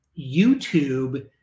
YouTube